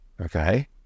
Okay